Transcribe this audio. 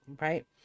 right